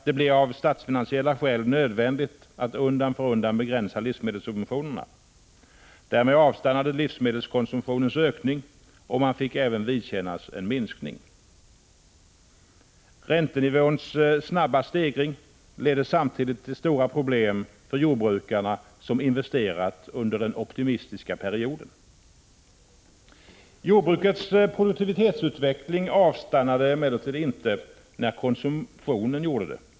Det blev av statsfinansiella skäl nödvändigt att undan för undan begränsa livsmedelssubventionerna. Därmed avstannade livsmedelskonsumtionens ökning, och man fick även vidkännas en minskning. Räntenivåns snabba stegring ledde samtidigt till stora problem för jordbrukarna som investerat under den optimistiska perioden. Jordbrukets produktivitetsutveckling avstannade emellertid inte när konsumtionen gjorde det.